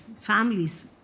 families